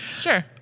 Sure